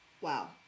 Wow